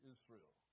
Israel